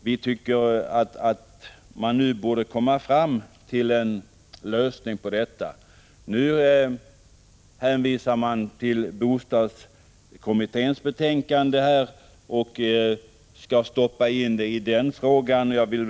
Vi tycker att man nu borde kunna komma fram till en lösning. Utskottet hänvisar nu till bostadskommitténs betänkande och för över problemet till de frågor som behandlas där.